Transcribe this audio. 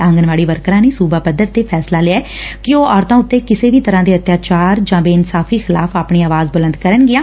ਆਂਗਣਵਾਤੀ ਵਰਕਰਾਂ ਨੇ ਸੁਬਾ ਪੱਧਰ ਤੇ ਫੈਸਲਾ ਲਿਐ ਕਿ ਉਹ ਔਰਤਾਂ ਉਤੇ ਕਿਸੇ ਵੀ ਤਰੁਾਂ ਦੇ ਅਤਿਆਚਾਰ ਜਾਂ ਬੇਇਨਸਾਫੀ ਖਿਲਾਫ਼ ਵੀ ਆਪਣੀ ਆਵਾਜ਼ ਬੁਲੰਦ ਕਰਨਗੀਆਂ